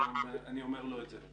אני אומר לו את זה.